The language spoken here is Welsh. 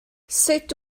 sut